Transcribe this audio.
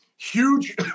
Huge